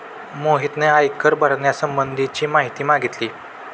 मोहितने आयकर भरण्यासंबंधीची माहिती मागितली